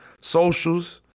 socials